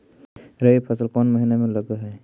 रबी फसल कोन महिना में लग है?